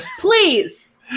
please